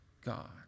God